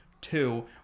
two